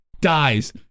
dies